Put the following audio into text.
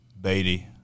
Beatty